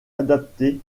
adapté